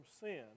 sin